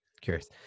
Curious